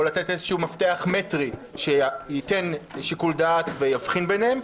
או לתת איזשהו מפתח מטרי שייתן שיקול דעת ויבחין ביניהם.